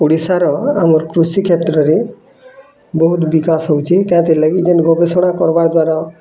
ଓଡ଼ିଶାର ଆମର୍ କୃଷିକ୍ଷେତ୍ରରେ ବହୁତ୍ ବିକାଶ ହଉଛି ଲାଗି ଯେନ୍ ଗବେଷଣା କରବାର୍ ଦ୍ଵାରା